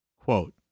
Quote